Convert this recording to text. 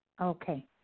okay